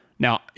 Now